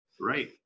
Right